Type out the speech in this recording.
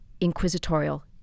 inquisitorial